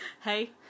Hey